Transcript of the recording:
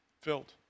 filled